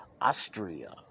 Austria